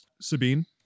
Sabine